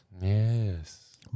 Yes